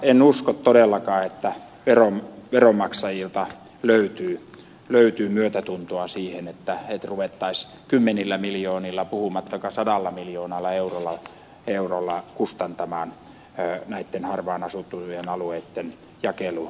en usko todellakaan että veronmaksajilta löytyy myötätuntoa siihen että ruvettaisiin kymmenillä miljoonilla puhumattakaan sadalla miljoonalla eurolla kustantamaan näitten harvaanasuttujen alueitten jakelua ja keräilyä